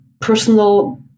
personal